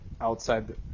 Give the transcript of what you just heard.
outside